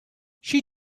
she